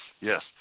yes